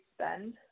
spend